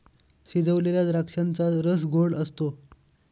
शिजवलेल्या द्राक्षांचा रस गोड असतो